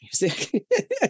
music